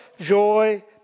joy